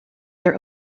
their